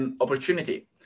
opportunity